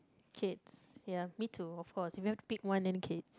kids ya me too of course we have to pick one then kids